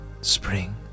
spring